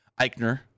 Eichner